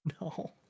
No